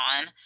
on